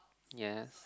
yes